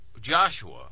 Joshua